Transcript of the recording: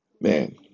man